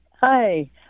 Hi